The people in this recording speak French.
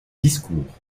discours